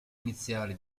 iniziali